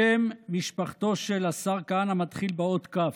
שם משפחתו של השר כהנא מתחיל באות כ'.